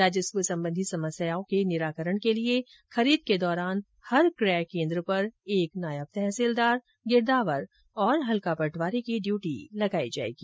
राजस्व सम्बन्धी समस्याओं के निराकरण के लिए खरीद के दौरान हर क्रय केन्द्र पर एक नायब तहसीलदार गिरदावर और हलका पटवारी की ड्यूटी लगाई जाएगी